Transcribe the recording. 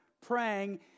praying